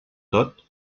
tot